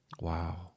Wow